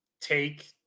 take